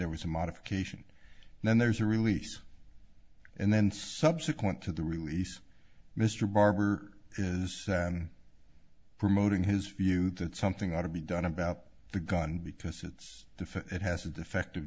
there was a modification and then there's a release and then subsequent to the release mr barber is promoting his view that something ought to be done about the gun because it's the it has a defective